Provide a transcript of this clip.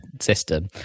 system